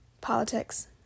politics